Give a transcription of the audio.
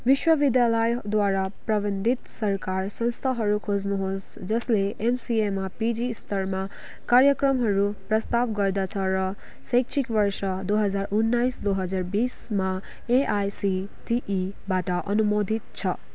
विश्वविद्यालयद्वारा प्रबन्धित सरकार संस्थाहरू खोज्नुहोस् जसले एमसिएमा पिजीस्तरमा कार्यक्रमहरू प्रस्ताव गर्दछ र शैक्षिक वर्ष दुई हजार उन्नाइस दुई हजार बिसमा एआइसिटिईबाट अनुमोदित छ